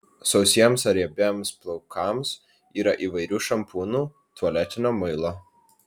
sausiems ar riebiems plaukams yra įvairių šampūnų tualetinio muilo